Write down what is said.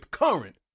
current